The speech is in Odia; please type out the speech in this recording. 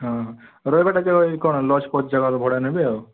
ହଁ ରହିବାଟା କ'ଣ ଲଜଫଜ ଯାହା ଭଡ଼ା ନେବେ ଆଉ